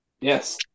Yes